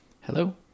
Hello